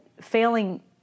failing